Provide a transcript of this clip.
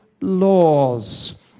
laws